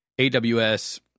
AWS